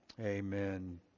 Amen